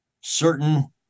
certain